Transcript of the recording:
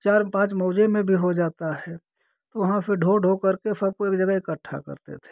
चार पाँच मोजे में भी हो जाता है तो वहाँ से ढो ढोकर के सबको एक जगह इकट्ठा करते थे